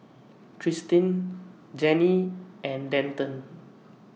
Tristin Janae and Denton